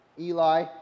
Eli